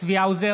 צבי האוזר,